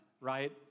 right